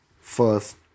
First